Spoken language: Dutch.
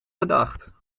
gedacht